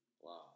wow